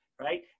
right